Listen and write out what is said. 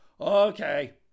Okay